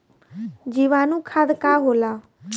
जीवाणु खाद का होला?